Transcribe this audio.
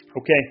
Okay